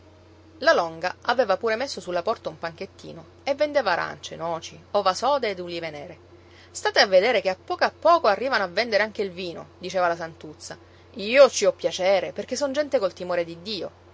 la longa aveva pure messo sulla porta un panchettino e vendeva arancie noci ova sode ed ulive nere state a vedere che a poco a poco arrivano a vendere anche il vino diceva la santuzza io ci ho piacere perché son gente col timore di dio